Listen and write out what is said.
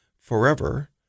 Forever